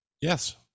yes